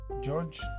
George